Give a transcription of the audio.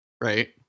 right